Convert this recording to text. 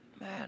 Man